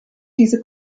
diese